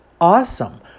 awesome